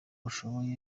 ushoboye